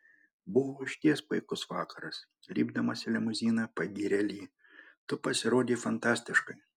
buvo išties puikus vakaras lipdamas į limuziną pagyrė li tu pasirodei fantastiškai